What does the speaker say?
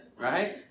Right